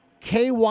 KY